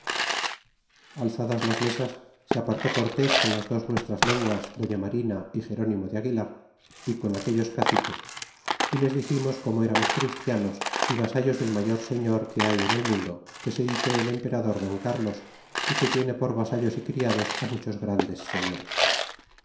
alzadas las mesas se apartó cortés conlas dos nuestras lenguas doña marina y gerónimo de aguilar y con aquellos caciques y les diximos como eramos christianos y vasallos del mayor señor que hay en el mundo que se dice el emperador don crlos y que tiene por vasallos y criadoshá muchos grandes señores